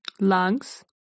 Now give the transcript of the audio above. lungs